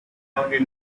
only